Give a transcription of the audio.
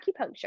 acupuncture